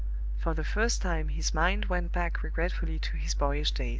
for the first time his mind went back regretfully to his boyish days.